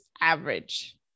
average